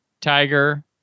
tiger